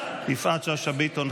יפעת שאשא ביטון,